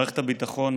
מערכת הביטחון,